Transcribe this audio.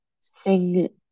sing